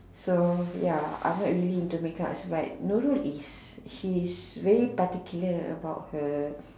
so ya I'm not really into makeup but Nurul is she's very particular about her